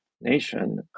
nation